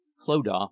clodagh